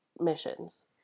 missions